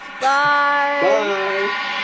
Bye